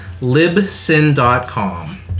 Libsyn.com